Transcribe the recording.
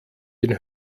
den